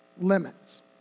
limits